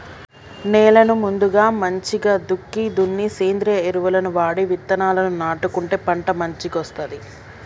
నేలను ముందుగా మంచిగ దుక్కి దున్ని సేంద్రియ ఎరువులను వాడి విత్తనాలను నాటుకుంటే పంట మంచిగొస్తది